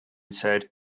said